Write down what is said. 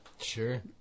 Sure